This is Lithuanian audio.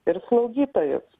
ir slaugytojus